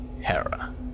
hera